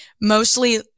mostly